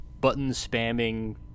button-spamming